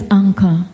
anchor